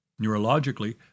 Neurologically